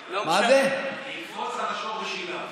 נקפוץ על השור בשיניו.